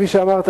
כפי שאמרת,